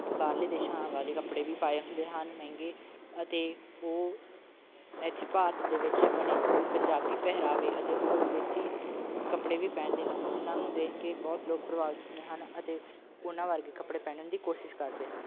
ਬਾਹਰਲੇ ਦੇਸ਼ਾਂ ਵਾਲੇ ਕੱਪੜੇ ਵੀ ਪਾਏ ਹੁੰਦੇ ਹਨ ਮਹਿੰਗੇ ਅਤੇ ਉਹ ਇੱਥੇ ਭਾਰਤ ਦੇ ਵਿੱਚ ਬਣੇ ਪੰਜਾਬੀ ਪਹਿਰਾਵੇ ਅਤੇ ਹੋਰ ਦੇਸੀ ਕੱਪੜੇ ਵੀ ਪਹਿਨਦੇ ਹਨ ਜਿਨ੍ਹਾਂ ਨੂੰ ਦੇਖ ਕੇ ਬਹੁਤ ਲੋਕ ਪ੍ਰਭਾਵਿਤ ਹੁੰਦੇ ਹਨ ਅਤੇ ਉਹਨਾਂ ਵਰਗੇ ਕੱਪੜੇ ਪਹਿਨਣ ਦੀ ਕੋਸ਼ਿਸ਼ ਕਰਦੇ ਹਨ